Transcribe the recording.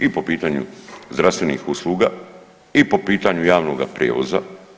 I po pitanju zdravstvenih usluga i po pitanju javnoga prijevoza.